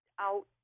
out